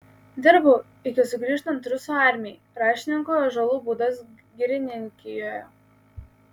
dirbau iki sugrįžtant rusų armijai raštininku ąžuolų būdos girininkijoje